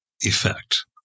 effect